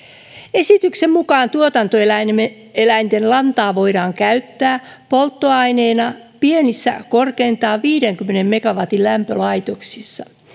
esityksen mukaan tuotantoeläinten lantaa voidaan käyttää polttoaineena pienissä korkeintaan viidenkymmenen megawatin lämpölaitoksissa